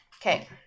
Okay